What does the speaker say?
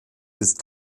ist